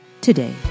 today